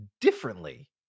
differently